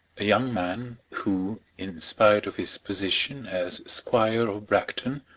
a young man, who, in spite of his position as squire of bragton,